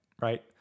right